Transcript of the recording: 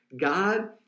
God